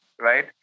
right